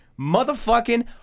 motherfucking